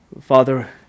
Father